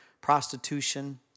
prostitution